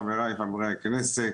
חבריי חברי הכנסת,